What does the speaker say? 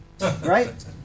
Right